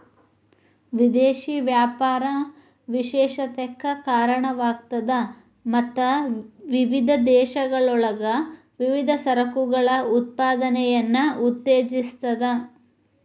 ವಿದೇಶಿ ವ್ಯಾಪಾರ ವಿಶೇಷತೆಕ್ಕ ಕಾರಣವಾಗ್ತದ ಮತ್ತ ವಿವಿಧ ದೇಶಗಳೊಳಗ ವಿವಿಧ ಸರಕುಗಳ ಉತ್ಪಾದನೆಯನ್ನ ಉತ್ತೇಜಿಸ್ತದ